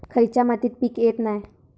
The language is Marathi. खयच्या मातीत पीक येत नाय?